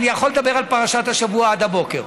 אני יכול לדבר על פרשת השבוע עד הבוקר.